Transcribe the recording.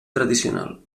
tradicional